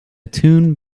tune